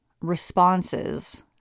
responses